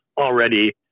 already